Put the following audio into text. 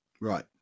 Right